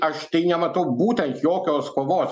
aš tai nematau būtent jokios kovos